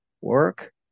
work